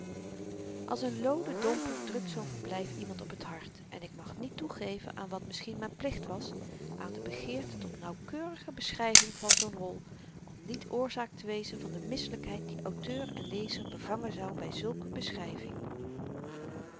als n looden domper drukt zoo'n verblyf iemand op t hart en ik mag niet toegeven aan wat misschien m'n plicht was aan de begeerte tot nauwkeurige beschryving van zoo'n hol om niet oorzaak te wezen van de misselykheid die auteur en lezer bevangen zou by zulke beschryving